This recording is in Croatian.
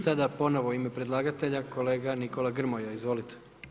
Sada ponovno u ime predlagatelja, kolega Nikola Grmoja, izvolite.